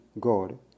God